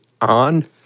on